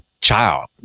child